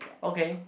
okay